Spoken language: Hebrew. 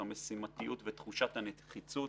המשימתיות ותחושת הנחיצות.